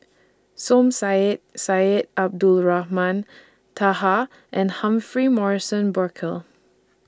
Som Said Syed Abdulrahman Taha and Humphrey Morrison Burkill